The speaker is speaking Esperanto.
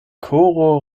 koro